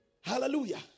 Hallelujah